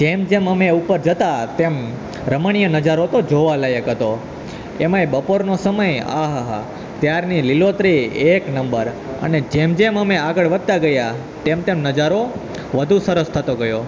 જેમ જેમ અમે ઉપર જતાં તેમ રમણીય નજારો તો જોવાલાયક હતો એમાયે બપોરનો સમય આહાહા ત્યારની લીલોતરી એક નંબર અને જેમ જેમ અમે આગળ વધતાં ગયા તેમ તેમ નજારો વધુ સરસ થતો ગયો